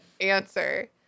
answer